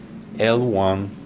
L1